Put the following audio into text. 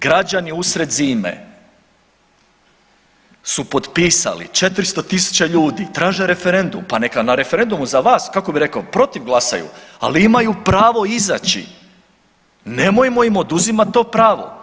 Građani usred zime su potpisali, 400 tisuća ljudi traže referendum, pa neka na referendumu za vas, kako bi rekao, protiv glasaju, ali imaju pravo izaći, nemojmo im oduzimat to pravo.